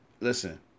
listen